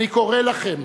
אני קורא לכם,